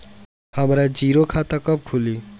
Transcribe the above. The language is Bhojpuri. हमरा जीरो खाता कब खुली?